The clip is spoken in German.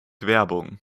werbung